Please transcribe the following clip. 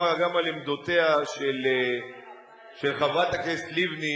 גם על עמדותיה של חברת הכנסת לבני,